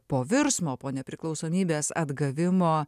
po virsmo po nepriklausomybės atgavimo